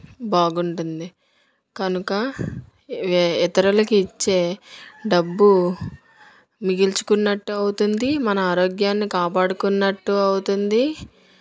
బాగుంటుంది కనుక వే ఇతరులకు ఇచ్చే డబ్బు మిగుల్చుకున్నట్టు అవుతుంది మన ఆరోగ్యాన్ని కాపాడుకున్నట్టు అవుతుంది